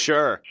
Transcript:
Sure